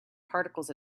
particles